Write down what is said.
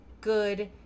good